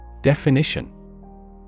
Definition